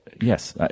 Yes